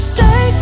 Stay